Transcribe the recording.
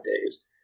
days